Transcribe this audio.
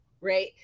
right